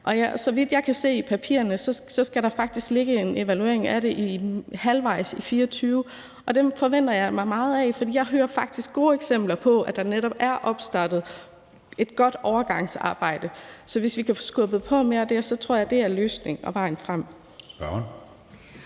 Og så vidt jeg kan se i papirerne, skal der faktisk ligge en evaluering af det halvvejs inde i 2024, og den forventer jeg mig meget af, for jeg hører faktisk gode eksempler på, at der netop er opstartet et godt overgangsarbejde. Så hvis vi kan få skubbet på for mere af det, tror jeg, at det er løsningen og vejen frem.